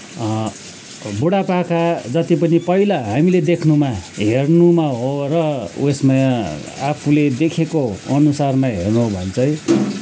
बुढापाका जति पनि पहिला हामीले देख्नुमा हेर्नुमा हो र ऊ यसमा आफुले देखेको अनुसारमा हेर्नु हो भने चाहिँ